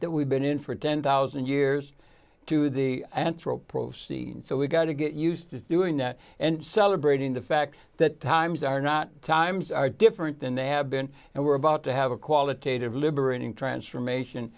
that we've been in for ten thousand years to the anthro proceeding so we've got to get used to doing that and celebrating the fact that times are not times are different than they have been and we're about to have a qualitative liberating transformation